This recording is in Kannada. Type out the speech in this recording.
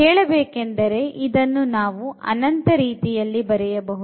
ಹೇಳಬೇಕೆಂದರೆ ಇದನ್ನು ನಾವು ಅನಂತ ರೀತಿಯಲ್ಲಿ ಬರೆಯಬಹುದು